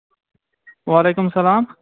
وعلیکُم سَلام